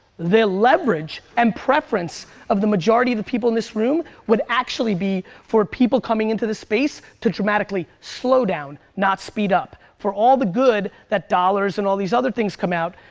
the leverage and preference of the majority of the people in this room would actually be, for people coming into this space to dramatically slow down, not speed up. for all the good, that dollars and all these other things come out.